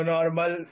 Normal